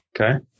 Okay